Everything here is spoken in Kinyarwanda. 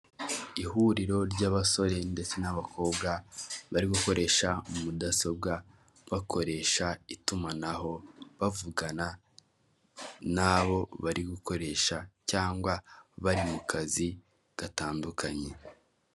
Urujya n'uruza rw'abantu benshi bo mu ngeri zose baremye isoko ryubakiye ryiganjemo ibikomoka ku buhinzi birimo amacunga, indimu, ibinyomoro, kokombure, imineke n'ibindi byinshi hagamijwe guteza imbere ibikomoka ku buhinzi